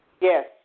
Yes